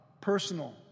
Personal